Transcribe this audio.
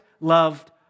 loved